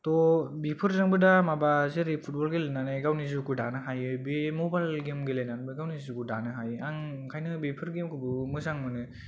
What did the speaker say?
थ' बिफोरजोंबो दा माबा जेरै फुटबल गेलेनानै गावनि जिउखौ दानो हायो बे मुबाइल गेम गेलेनानैबो गावनि जिउखौ दानो हायो आं ओंखायनो बेफोर गेमखौ बो मोजां मोनो